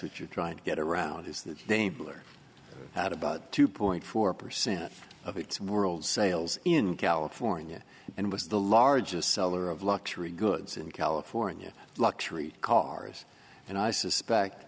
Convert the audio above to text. what you're trying to get around is that they are out about two point four percent of its world sales in california and was the largest seller of luxury goods in california luxury cars and i suspect